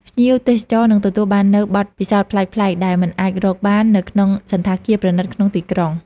ភ្ញៀវទេសចរនឹងទទួលបាននូវបទពិសោធន៍ប្លែកៗ ដែលមិនអាចរកបាននៅក្នុងសណ្ឋាគារប្រណីតក្នុងទីក្រុង។